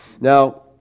Now